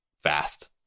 fast